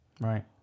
Right